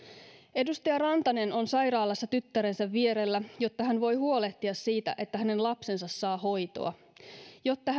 edustaja rantanen on sairaalassa tyttärensä vierellä jotta hän voi huolehtia siitä että hänen lapsensa saa hoitoa jotta